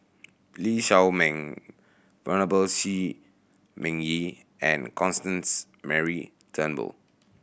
Lee Shao Meng Venerable Shi Ming Yi and Constance Mary Turnbull